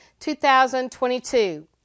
2022